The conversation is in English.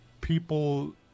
people